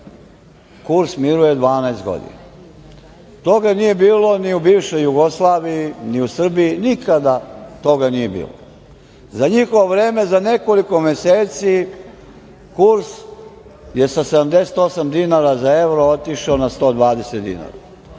kurs miruje 12 godina. Toga nije bilo ni u bivšoj Jugoslaviji, ni u Srbiji. Nikada toga nije bilo.Za njihovo vreme za nekoliko meseci kurs je sa 78 dinara za evro otišao na 120 dinara.